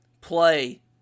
play